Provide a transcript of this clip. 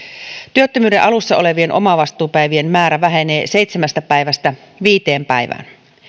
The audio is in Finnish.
työttömyyden alussa olevien omavastuupäivien määrä vähenee seitsemästä päivästä viiteen päivään